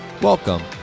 Welcome